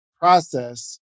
process